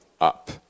up